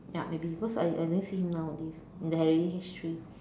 ya maybe because I I rarely see him nowadays in the heri~ history